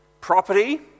property